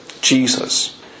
Jesus